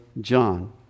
John